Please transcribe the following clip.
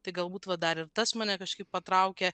tai galbūt va dar ir tas mane kažkaip patraukė